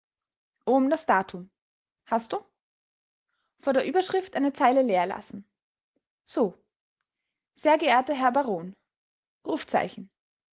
oben das datum hast du vor der überschrift eine zeile leer lassen so sehr geehrter herr baron rufzeichen